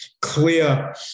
clear